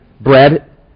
bread